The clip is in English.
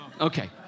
okay